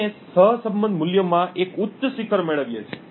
આપણે સહસંબંધ મૂલ્યમાં એક ઉચ્ચ શિખર મેળવીએ છીએ